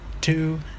two